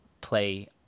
Play